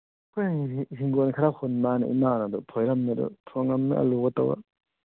ꯑꯩꯈꯣꯏ ꯍꯤꯡꯒꯣꯟ ꯈꯔ ꯍꯨꯟ ꯃꯥꯜꯂꯦ ꯏꯃꯥꯅ ꯑꯗꯨ ꯐꯣꯏꯔꯝꯃꯦ ꯑꯗꯨ ꯊꯣꯡꯉꯝꯃꯦ ꯑꯂꯨꯒ ꯇꯧꯔꯒ